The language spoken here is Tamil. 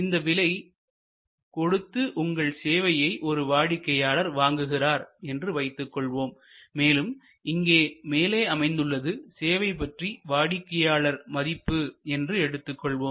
இந்த விலை கொடுத்து உங்கள் சேவையை ஒரு வாடிக்கையாளர் வாங்குகிறார் என்று வைத்துக் கொள்வோம் மேலும் இங்கு மேலே அமைந்துள்ளது சேவை பற்றி வாடிக்கையாளர் மதிப்பு என்று எடுத்துக்கொள்வோம்